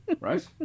Right